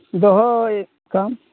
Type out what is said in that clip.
ᱫᱚᱦᱚᱭ ᱠᱟᱢ